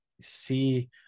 see